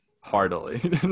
Heartily